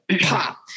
pop